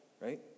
right